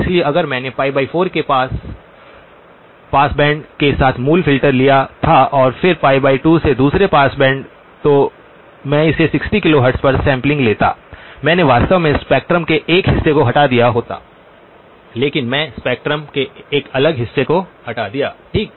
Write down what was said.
इसलिए अगर मैंने pi4 से पास बैंड के साथ मूल फ़िल्टर लिया था और फिर pi2 से दूसरे पास बैंड तो मैं इसे 60 किलोहर्ट्ज़ पर सैंपलिंग लेता मैंने वास्तव में स्पेक्ट्रम के एक हिस्से को हटा दिया होता लेकिन मैंने स्पेक्ट्रम के एक अलग हिस्से को हटा दिया ठीक